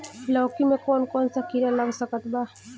लौकी मे कौन कौन सा कीड़ा लग सकता बा?